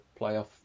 playoff